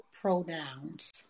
pronouns